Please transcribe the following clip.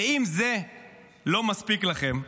ואם זה לא מספיק לכם,